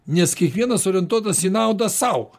nes kiekvienas orientuotas į naudą sau